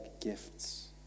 gifts